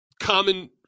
common